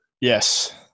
Yes